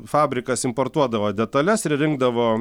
fabrikas importuodavo detales ir rinkdavo